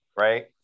right